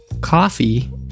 coffee